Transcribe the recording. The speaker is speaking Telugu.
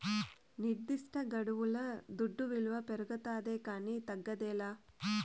నిర్దిష్టగడువుల దుడ్డు విలువ పెరగతాదే కానీ తగ్గదేలా